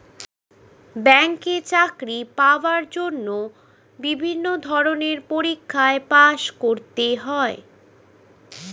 ব্যাংকে চাকরি পাওয়ার জন্য বিভিন্ন ধরনের পরীক্ষায় পাস করতে হয়